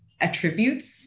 attributes